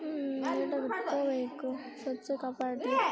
ನೀಟಾಗಿ ಇಟ್ಕೋಬೇಕು ಸ್ವಚ್ಛ ಕಾಪಾಡಿರಿ